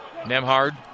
Nemhard